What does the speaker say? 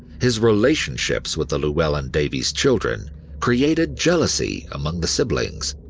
his relationships with the llewelyn davis children created jealousy among the siblings,